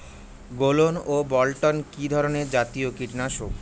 গোলন ও বলটন কি ধরনে জাতীয় কীটনাশক?